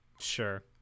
Sure